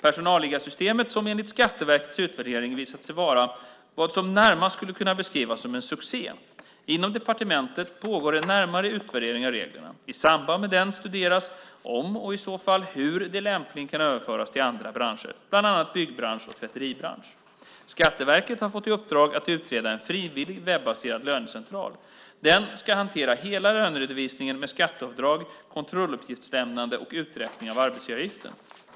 Personalliggarsystemet har enligt Skatteverkets utvärdering visat sig vara vad som närmast skulle kunna beskrivas som en succé. Inom departementet pågår en närmare utvärdering av reglerna. I samband med den studeras om och i så fall hur de lämpligen kan överföras till andra branscher, bland annat byggbranschen och tvätteribranschen. Skatteverket har fått i uppdrag att utreda en frivillig webbaserad lönecentral. Den ska hantera hela löneredovisningen med skatteavdrag, kontrolluppgiftslämnande och uträkning av arbetsgivaravgiften.